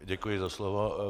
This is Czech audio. Děkuji za slovo.